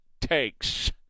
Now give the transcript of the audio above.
takes